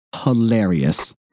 hilarious